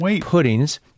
puddings